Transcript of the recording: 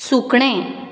सुकणें